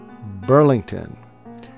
Burlington